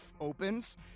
opens